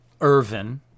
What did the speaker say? Irvin